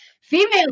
Female